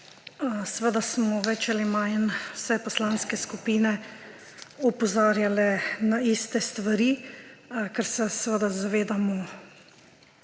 Seveda smo več ali manj vse poslanske skupine opozarjale na iste stvari, ker se seveda zavedamo